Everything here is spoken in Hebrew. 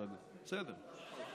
מיקי, בסדר.